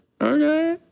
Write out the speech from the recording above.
Okay